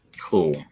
Cool